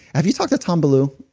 have you talked to tom bellew?